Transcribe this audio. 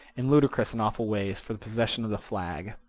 in ludicrous and awful ways, for the possession of the flag.